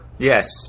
Yes